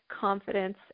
confidence